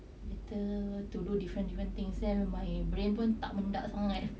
better to do different different things then my brain pun tak mendak sangat